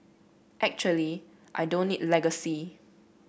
actually I don't need legacy